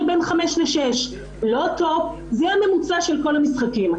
בין 5 ל-6 זה הממוצע של כל המשחקים.